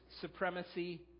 supremacy